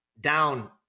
Down